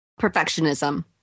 Perfectionism